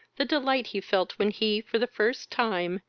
the delight he felt when he, for the first time,